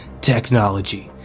technology